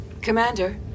commander